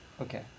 Okay